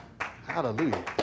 Hallelujah